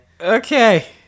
Okay